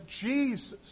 Jesus